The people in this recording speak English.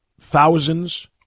thousands